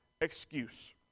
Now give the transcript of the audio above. excuse